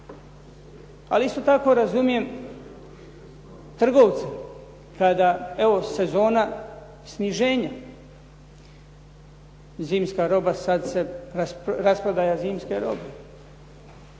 Ali isto tako razumijem trgovce kada evo, sezona sniženja, rasprodaja zimske robe.